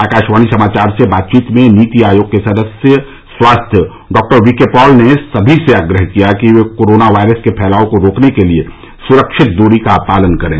आकाशवाणी समाचार से बातचीत में नीति आयोग के सदस्य स्वास्थ्य डॉक्टर वी के पॉल ने समी से आग्रह किया कि वे कोरोना वायरस के फैलाव को रोकने के लिए सुरक्षित दूरी का पालन करें